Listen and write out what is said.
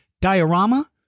diorama